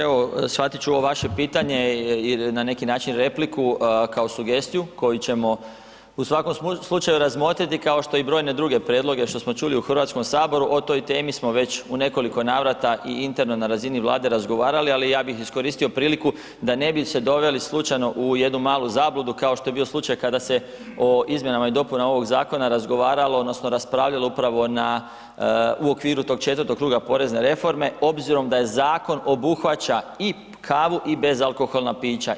Evo shvatiti ću ovo vaše pitanje ili na neki repliku kao sugestiju koju ćemo u svakom slučaju razmotriti kao što i brojne druge prijedloge što smo čuli u Hrvatskom saboru, o toj temi smo već u nekoliko navrata i interno na razini Vlade razgovarali ali ja bih iskoristio priliku da ne bi se doveli slučajno u jednu malu zabludu kao što je bio slučaj kada se o izmjenama i dopunama ovoga zakona razgovaralo odnosno raspravljalo upravo u okviru tog IV. kruga porezne reforme obzirom da zakon obuhvaća i kavu i bezalkoholna pića.